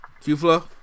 Q-Flow